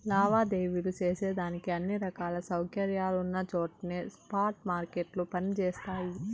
లావాదేవీలు సేసేదానికి అన్ని రకాల సౌకర్యాలున్నచోట్నే స్పాట్ మార్కెట్లు పని జేస్తయి